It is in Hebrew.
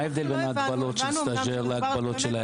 מה ההבדל בין ההגבלות של סטז'ר להגבלות שלהם?